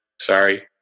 sorry